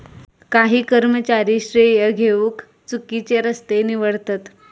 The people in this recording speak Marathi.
काही कर्मचारी श्रेय घेउक चुकिचे रस्ते निवडतत